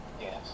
yes